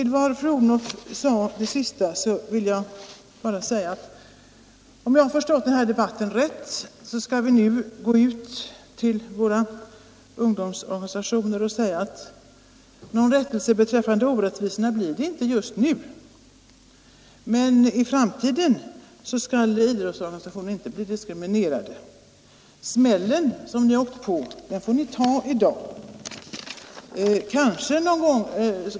Om jag förstått fru Odhnoff och den här debatten rätt är det meningen att vi skall gå ut till våra idrottsorganisationer och säga att det just nu inte blir någon rättelse beträffande orättvisorna. Men i framtiden skall idrottsorganisationerna inte bli diskriminerade. Den smäll ni åkt på får ni ta i dag.